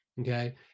Okay